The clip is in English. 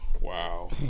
Wow